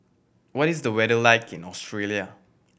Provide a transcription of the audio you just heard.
what is the weather like in Australia